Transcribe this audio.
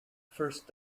first